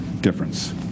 difference